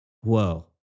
Whoa